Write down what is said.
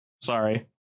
Sorry